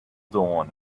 dawn